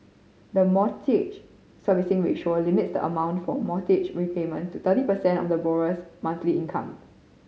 the Mortgage Servicing Ratio limits the amount for mortgage repayment to thirty percent of the borrower's monthly income